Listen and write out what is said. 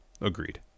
Agreed